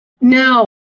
No